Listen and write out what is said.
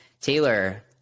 Taylor